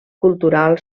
cultural